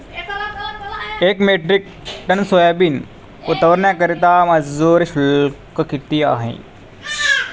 एक metric ton soybean उतरवण्याकरता मजूर शुल्क किती आहे?